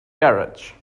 garage